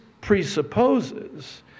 presupposes